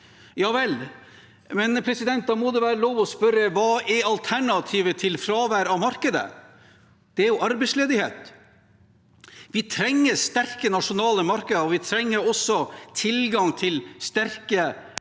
Ja vel, men da må det være lov å spørre: Hva er alternativet til markedet? Det er arbeidsledighet. Vi trenger sterke nasjonale markeder, og vi trenger også tilgang til sterke